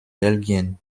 belgien